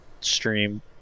stream